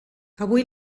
avui